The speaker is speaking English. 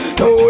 no